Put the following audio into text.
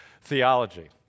theology